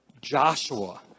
Joshua